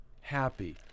happy